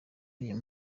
uyu